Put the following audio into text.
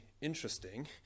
interesting